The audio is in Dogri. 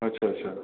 अच्छा अच्छा